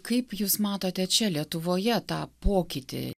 kaip jūs matote čia lietuvoje tą pokytį